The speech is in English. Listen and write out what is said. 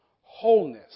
wholeness